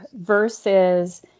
versus